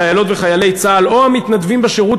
חיילות וחיילי צה"ל או המתנדבים בשירות